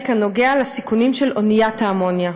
כאן נוגע בסיכונים של אוניית האמוניה.